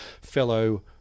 fellow